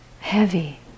heavy